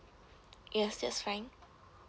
yes that's fine